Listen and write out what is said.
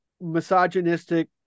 misogynistic